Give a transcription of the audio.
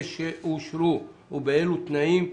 ושאושרו, ובאילו תנאים.